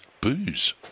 booze